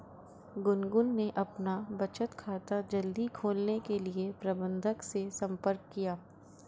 गुनगुन ने अपना बचत खाता जल्दी खोलने के लिए प्रबंधक से संपर्क किया